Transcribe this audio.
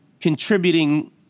contributing